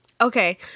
Okay